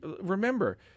remember